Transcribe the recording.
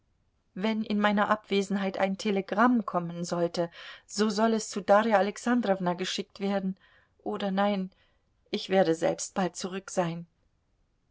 wenn in meiner abwesenheit ein telegramm kommen sollte so soll es zu darja alexandrowna geschickt werden oder nein ich werde selbst bald zurück sein